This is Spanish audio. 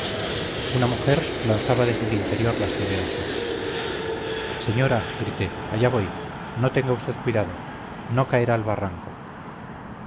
una mujer lanzaba desde el interior lastimeras voces señora grité allá voy no tenga usted cuidado no caerá al barranco